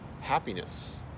Happiness